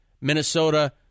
Minnesota